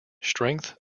strength